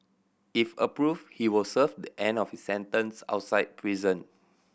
if approve he will serve the end of his sentence outside prison